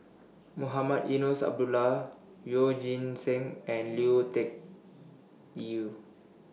Mohamed Eunos Abdullah Yeoh Ghim Seng and Lui Tuck Yew